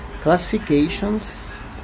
classifications